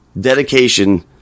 dedication